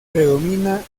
predomina